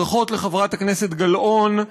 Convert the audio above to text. ברכות לחברת הכנסת גלאון,